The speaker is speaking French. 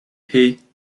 hey